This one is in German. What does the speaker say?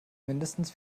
mindestens